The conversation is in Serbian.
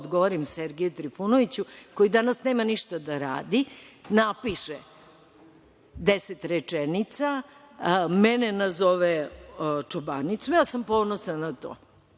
odgovorim Sergeju Trifunoviću koji danas nema ništa da radi, napiše 10 rečenica, mene zove čobanicom i ponosna sam